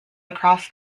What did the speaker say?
across